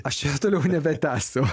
aš čia toliau nebetęsiu